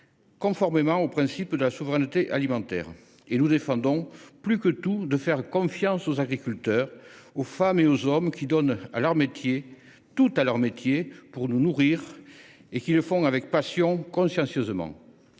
conformément au principe de souveraineté alimentaire. Nous défendons plus que tout la nécessité de faire confiance aux agriculteurs, à ces femmes et à ces hommes qui donnent tout à leur métier pour nous nourrir, et qui le font avec passion, consciencieusement.